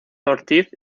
ortiz